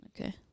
Okay